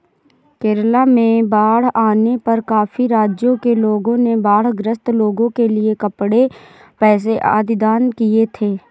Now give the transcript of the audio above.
केरला में बाढ़ आने पर काफी राज्यों के लोगों ने बाढ़ ग्रस्त लोगों के लिए कपड़े, पैसे आदि दान किए थे